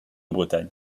bretagne